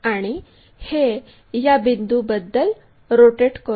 आणि हे या बिंदू बद्दल रोटेट करू